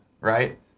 right